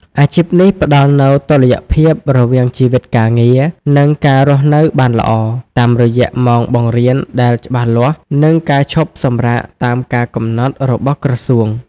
អាជីពនេះផ្តល់នូវតុល្យភាពរវាងជីវិតការងារ និងការរស់នៅបានល្អ តាមរយៈម៉ោងបង្រៀនដែលច្បាស់លាស់ និងការឈប់សម្រាកតាមការកំណត់របស់ក្រសួង។